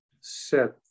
set